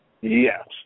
Yes